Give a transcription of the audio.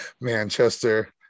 Manchester